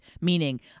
meaning